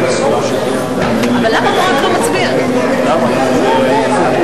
כהצעת הוועדה, נתקבל.